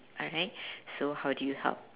alright so how do you help